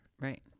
Right